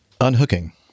unhooking